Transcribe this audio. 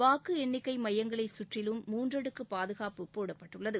வாக்கு எண்ணிக்கை மையங்களைச் சுற்றிலும் மூன்றடுக்கு பாதுகாப்பு போடப்பட்டுள்ளது